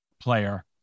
player